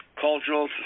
cultural